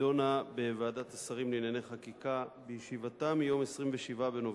נדונה בוועדת שרים לענייני חקיקה בישיבתה ביום 27 בנובמבר,